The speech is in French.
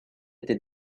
été